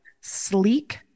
sleek